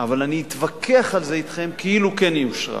אבל אני אתווכח על זה אתכם כאילו היא כן אושרה.